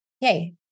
yay